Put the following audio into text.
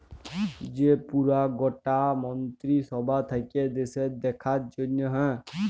যে পুরা গটা মন্ত্রী সভা থাক্যে দ্যাশের দেখার জনহ